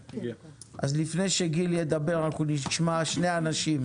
לפני שגיל כהן ידבר, אנחנו נשמע שני אנשים.